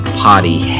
potty